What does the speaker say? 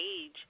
age